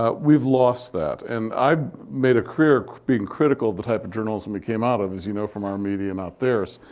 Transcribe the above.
ah we've lost that. and i've made a career of being critical of the type of journalism we came out of, as you know from our media and not theirs.